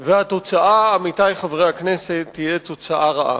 והתוצאה, עמיתי חברי הכנסת, תהיה תוצאה רעה.